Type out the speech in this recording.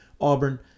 Auburn